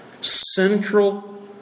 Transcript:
Central